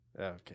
Okay